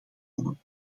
komen